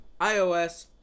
iOS